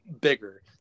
bigger